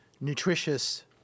nutritious